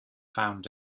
found